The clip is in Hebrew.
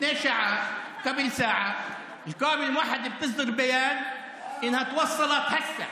לפני שעה, (אומר דברים בשפה הערבית, להלן תרגומם: